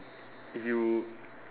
if you